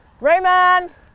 Raymond